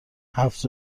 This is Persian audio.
هفت